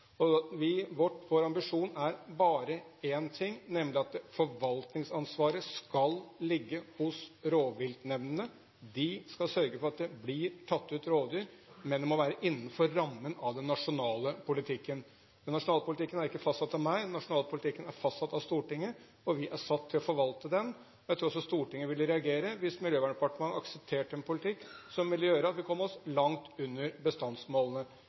Vår ambisjon er bare én ting, nemlig at forvaltningsansvaret skal ligge hos rovviltnemndene. De skal sørge for at det blir tatt ut rovdyr, men det må være innenfor rammen av den nasjonale politikken. Den nasjonale politikken er ikke fastsatt av meg. Den nasjonale politikken er fastsatt av Stortinget, og vi er satt til å forvalte den. Jeg tror også Stortinget ville reagere hvis Miljøverndepartementet aksepterte en politikk som ville gjøre at vi kom langt under bestandsmålene.